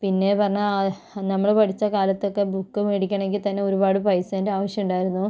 പിന്നെ പറഞ്ഞാൽ നമ്മൾ പഠിച്ച കാലത്തൊക്കെ ബുക്ക് മേടിക്കണമെങ്കിൽത്തന്നെ ഒരുപാട് പൈസേൻ്റെ ആവിശ്യം ഉണ്ടായിരുന്നു